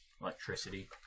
electricity